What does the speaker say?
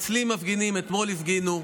אצלי מפגינים, אתמול הפגינו,